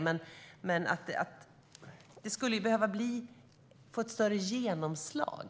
Men det skulle behöva få ett större genomslag.